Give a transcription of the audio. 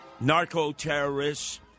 Narco-terrorists